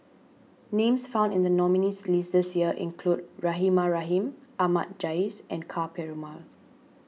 names found in the nominees' list this year include Rahimah Rahim Ahmad Jais and Ka Perumal